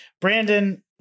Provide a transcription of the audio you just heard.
Brandon